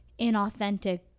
inauthentic